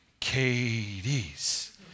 KDs